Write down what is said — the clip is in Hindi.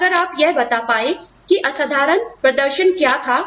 तो अगर आप यह बता पाए कि असाधारण प्रदर्शन क्या था